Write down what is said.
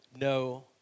no